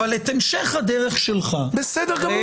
אבל את המשך הדרך שלך --- בסדר גמור,